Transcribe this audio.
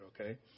okay